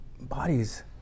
bodies